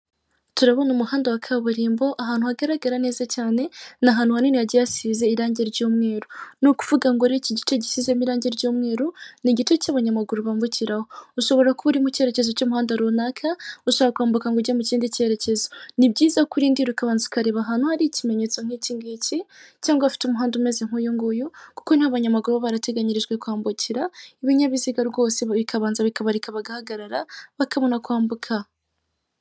Turabona umuhanda wa kaburimbo ahantu hagaragara neza cyane, ni ahantu hanini hagiye hasize irangi ry'umweru. Ni ukuvuga ngo iki gice gisizemo irangi ry'umweru ni igice cy'abanyamaguru bambukiraho. Ushobora kuba uri mu icyerekezo cy'umuhanda runaka, ushaka kwambuka ngo ujye mu kindi cyerekezo, ni byiza kurindi ukabanza ukareba ahantu hari ikimenyetso nk'ikingiki, cyangwa afite umuhanda umeze nk'uyunguyu, kuko niho abanyamaguru baba barateganyirijwe kwambukira, ibinyabiziga rwose bikabanza bikabareka bagahagarara bakabona kwambuka.